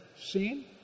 seen